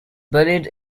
buried